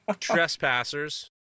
trespassers